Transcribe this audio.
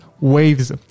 waves